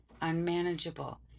unmanageable